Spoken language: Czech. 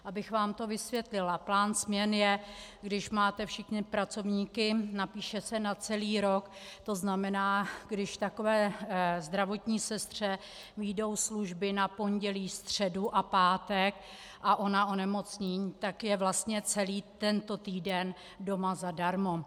Abych vám to vysvětlila: plán směn je, když máte všechny pracovníky, napíše se na celý rok, to znamená, když takové zdravotní sestře vyjdou služby na pondělí, středu a pátek a ona onemocní, tak je vlastně celý tento týden doma zadarmo.